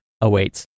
awaits